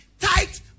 tight